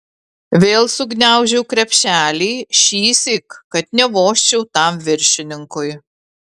vėl sugniaužiau krepšelį šįsyk kad nevožčiau tam viršininkui